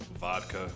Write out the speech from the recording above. vodka